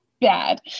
bad